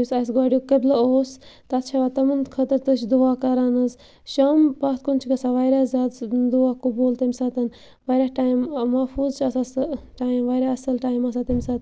یُس اَسہِ گۄڈنیُک قبلہٕ اوس تَتھ چھِ ہٮ۪وان تِمَن خٲطرٕ تہِ چھِ دُعا کَران حظ شام پَتھ کُن چھِ گَژھان واریاہ زیادٕ سُہ دُعا قبوٗل تمہِ ساتہٕ واریاہ ٹایِم محفوٗظ چھِ آسان سُہ ٹایم واریاہ اصٕل ٹایم آسان تمہِ ساتہٕ